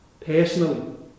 personally